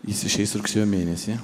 jis išeis rugsėjo mėnesį